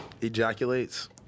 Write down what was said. ejaculates